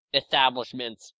establishments